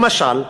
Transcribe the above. למשל,